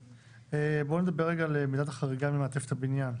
בואו נדבר על מידת החריגה ממעטפת הבנין.